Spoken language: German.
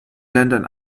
ländern